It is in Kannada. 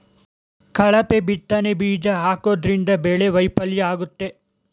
ಕಳಪೆ ಬಿತ್ತನೆ ಬೀಜ ಹಾಕೋದ್ರಿಂದ ಬೆಳೆ ವೈಫಲ್ಯ ಆಗುತ್ತೆ